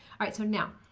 alright, so now,